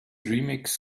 remix